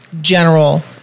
general